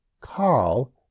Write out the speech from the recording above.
Carl